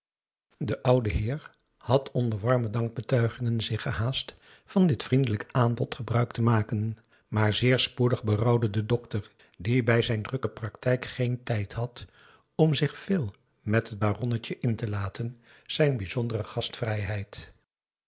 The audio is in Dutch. de oude heer had onder warme dankbetuigingen zich gehaast van dit vriendelijk aanbod gebruik te maken maar zeer spoedig berouwde den dokter die bij zijn drukke praktijk geen tijd had om zich veel met het baronnetje in te laten zijn bijzondere gastvrijheid